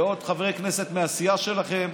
ועוד חברי כנסת מהסיעה שלכם.